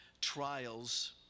trials